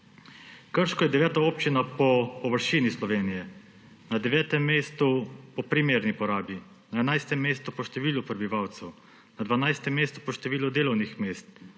Krško je deveta občina po površini Slovenije. Na 9. mestu je po primerni porabi, na 11. mestu po številu prebivalcev, na 12. mestu po številu delovnih mest,